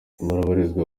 babarizwa